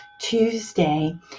Tuesday